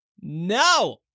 No